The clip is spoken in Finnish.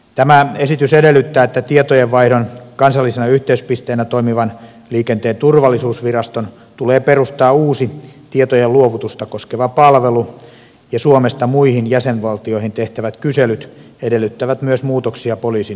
tämä esitys edellyttää että tietojenvaihdon kansallisena yhteyspisteenä toimivan liikenteen turvallisuusviraston tulee perustaa uusi tietojenluovutusta koskeva palvelu ja suomesta muihin jäsenvaltioihin tehtävät kyselyt edellyttävät myös muutoksia poliisin liikennevalvonnan tietojärjestelmiin